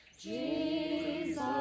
Jesus